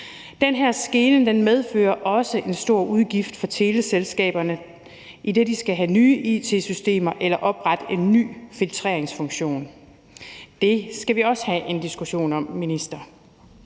Den her skelnen medfører også en stor udgift for teleselskaberne, idet de skal have nye it-systemer eller oprette en ny filtreringsfunktion. Det skal vi også have en diskussion med ministeren